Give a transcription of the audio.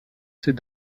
ses